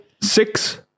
Six